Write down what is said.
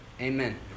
Amen